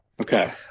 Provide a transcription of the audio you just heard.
Okay